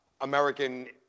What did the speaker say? American